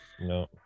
No